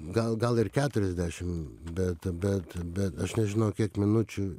gal gal ir keturiasdešim bet bet bet aš nežinau kiek minučių